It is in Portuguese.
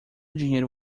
dinheiro